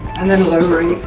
and then lowering